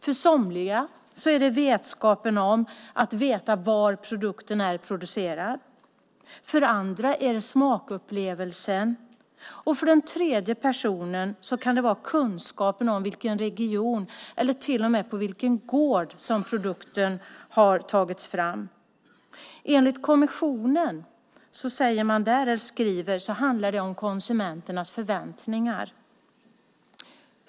För somliga är det vetskapen om var produkten är producerad, för andra är det smakupplevelsen och för ytterligare andra kan det vara kunskapen om i vilken region eller till och med på vilken gård produkten tagits fram. Enligt kommissionen, skriver man, handlar det om konsumenternas förväntningar.